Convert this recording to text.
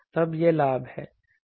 तब यह लाभ है